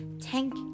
Tank